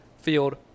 field